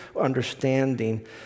understanding